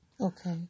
Okay